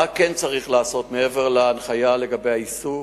מה כן צריך לעשות, מעבר להנחיה לגבי האיסוף: